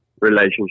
relationship